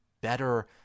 better